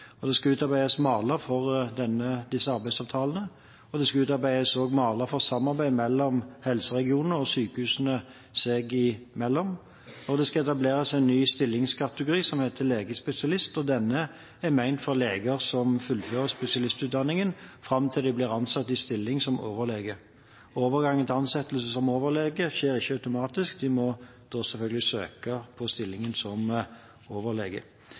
og med 1. juli 2015. Det skal utarbeides maler for disse arbeidsavtalene, og det skal også utarbeides maler for samarbeid mellom helseregioner og sykehus seg imellom, og det skal etableres en ny stillingskategori som heter «legespesialist», og denne er ment for leger som fullfører spesialistutdanningen fram til de blir ansatt i stilling som overlege. Overgangen til ansettelse som overlege skjer ikke automatisk; de må da selvfølgelig søke på stillingen som overlege.